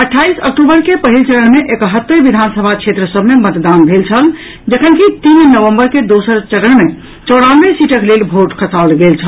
अट्ठाईस अक्टूबर के पहिल चरण मे एकहत्तरि विधानसभा क्षेत्र सभ मे मतदान भेल छल जखनकि तीन नवम्बर के दोसर चरण मे चौरानवे सीटक लेल भोट खसाओल गेल छल